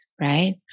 right